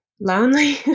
lonely